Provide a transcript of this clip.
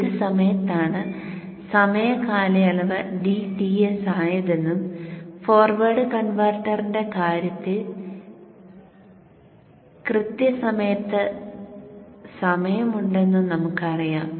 ഏത് സമയത്താണ് സമയ കാലയളവ് dTs ആയതെന്നും ഫോർവേഡ് കൺവെർട്ടറിന്റെ കാര്യത്തിൽ കൃത്യസമയത്ത് സമയമുണ്ടെന്നും നമുക്ക് അറിയാം